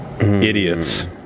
idiots